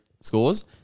scores